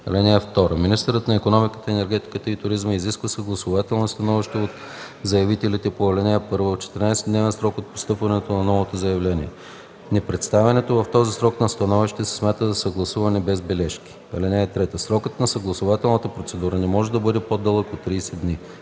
район. (2) Министърът на икономиката, енергетиката и туризма изисква съгласувателни становища от заявителите по ал. 1 в 14-дневен срок от постъпване на новото заявление. Непредставянето в този срок на становище се смята за съгласуване без бележки. (3) Срокът на съгласувателната процедура не може да бъде по-дълъг от 30 дни.